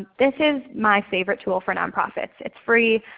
this is my favorite tool for nonprofits. it's free.